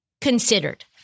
considered